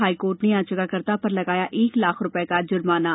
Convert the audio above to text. high court ने याचिकाकर्ता पर लगाया एक लाख का जुर्माना